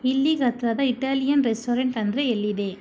ಇಲ್ಲಿಗೆ ಹತ್ತಿರದ Italian restaurant ಅಂದರೆ ಎಲ್ಲಿದೆ